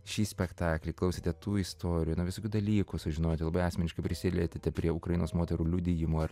šį spektaklį klausėte tų istorijų na visokių dalykų sužinojote labai asmeniškai prisilietėte prie ukrainos moterų liudijimų ar